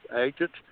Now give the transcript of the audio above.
agents